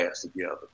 together